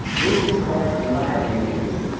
both of these cards do not have an annual fee.